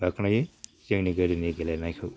बाखोनायो जोंनि गोदोनि गेलेनायखौ